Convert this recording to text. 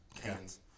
cans